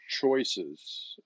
choices